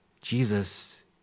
Jesus